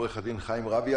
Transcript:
עורך-הדין חיים רביה,